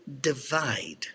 divide